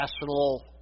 national